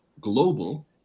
global